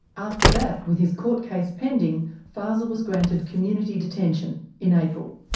after that, with his court case pending, fazel was granted community detention in april.